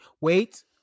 Wait